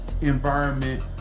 environment